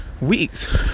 weeks